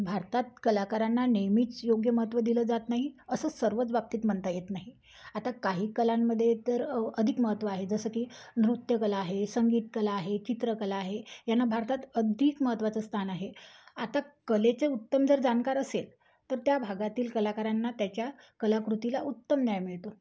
भारतात कलाकारांना नेहमीच योग्य महत्त्व दिलं जात नाही असं सर्वच बाबतीत म्हणता येत नाही आता काही कलांमध्ये तर अधिक महत्त्व आहे जसं की नृत्यकला आहे संगीतकला आहे चित्रकला आहे यांना भारतात अधिक महत्त्वाचं स्थान आहे आता कलेचे उत्तम जर जाणकार असेल तर त्या भागातील कलाकारांना त्याच्या कलाकृतीला उत्तम न्याय मिळतो